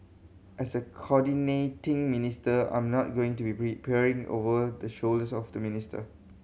as a coordinating minister I'm not going to be peering over the shoulders of the minister